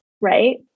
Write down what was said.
right